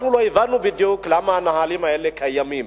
אנחנו לא הבנו בדיוק למה הנהלים האלה קיימים.